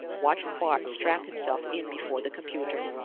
watched bart strap himself in before the computer.